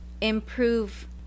improve